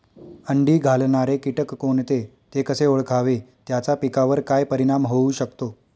अंडी घालणारे किटक कोणते, ते कसे ओळखावे त्याचा पिकावर काय परिणाम होऊ शकतो?